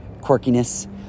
quirkiness